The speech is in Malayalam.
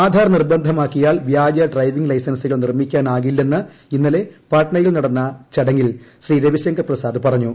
ആധാർ നിർബന്ധമാക്കിയാൽ വ്യാജ ഡ്രൈവിംഗ് ലൈസൻസുകൾ നിർമ്മിക്കാനാകില്ലെന്ന് ഇന്നലെ പാട്നയിൽ നടന്ന ചടങ്ങിൽ ശ്രീ രവിശങ്കർ പ്രസാദ് പറഞ്ഞു